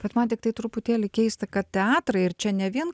bet man tiktai truputėlį keista kad teatrai ir čia ne vien